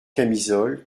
camisole